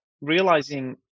realizing